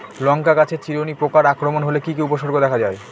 লঙ্কা গাছের চিরুনি পোকার আক্রমণ হলে কি কি উপসর্গ দেখা যায়?